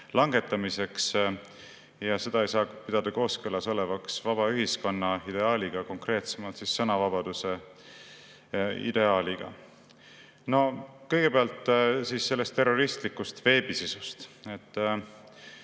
langetamiseks. Seda ei saa pidada kooskõlas olevaks vaba ühiskonna ideaaliga, konkreetsemalt sõnavabaduse ideaaliga. Kõigepealt sellest terroristlikust veebisisust.